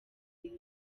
isi